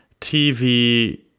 TV